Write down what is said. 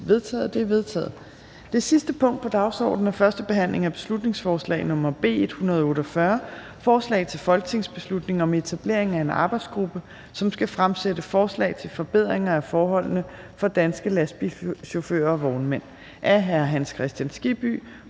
Det er vedtaget. --- Det sidste punkt på dagsordenen er: 4) 1. behandling af beslutningsforslag nr. B 148: Forslag til folketingsbeslutning om etablering af en arbejdsgruppe, som skal fremsætte forslag til forbedringer af forholdene for danske lastbilchauffører og vognmænd.